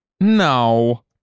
No